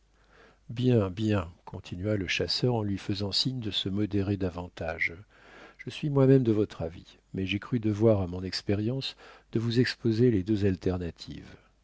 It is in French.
bien bien continua le chasseur en lui faisant signe de se modérer davantage je suis moi-même de votre avis mais j'ai cru devoir à mon expérience de vous exposer les deux alternatives